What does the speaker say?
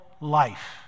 life